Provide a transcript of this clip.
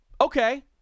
Okay